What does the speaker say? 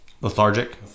Lethargic